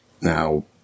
Now